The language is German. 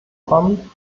kommen